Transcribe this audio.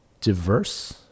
diverse